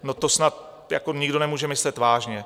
No, to snad nikdo nemůže myslet vážně.